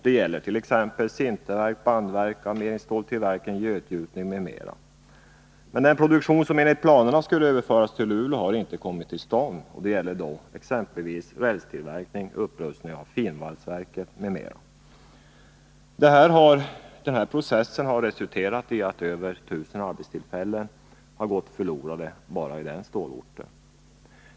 Det gäller t.ex. sinterverk, bandverk, armeringsstålstillverkningen och götgjutning. Men den produktion som enligt planen skulle överföras till Luleå har inte kommit till stånd. Det gäller exempelvis rälstillverkning och upprustning av Nr 38 finvalsverket. Denna process har resulterat i att över 1000 arbetstillfällen har gått förlorade bara på den stålorten.